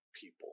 people